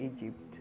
Egypt